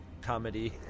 comedy